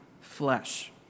flesh